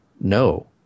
no